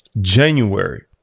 January